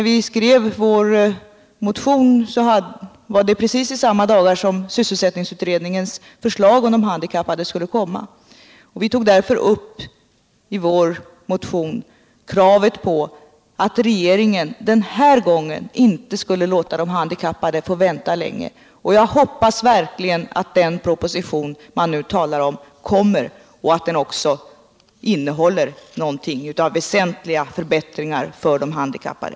Vi skrev vår motion just i de dagar då sysselsättningsutredningens förslag om de handikappade skulle läggas fram, och därför tog vi i motionen upp kravet att regeringen den här gången inte skulle låta de handikappade vänta längre. Nu hoppas jag verkligen att den proposition som det talas om kommer att läggas fram och att den också då innehåller väsentliga förbättringar för de handikappade!